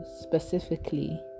specifically